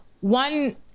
One